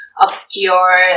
obscure